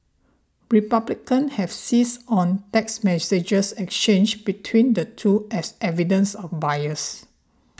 republicans have seized on text messages exchanged between the two as evidence of bias